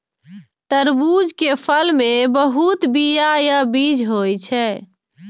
तरबूज के फल मे बहुत बीया या बीज होइ छै